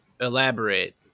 elaborate